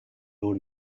old